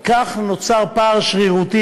לפי הוראות סעיף 229 לחוק הביטוח הלאומי ,